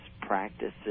practices